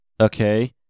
okay